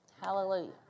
Hallelujah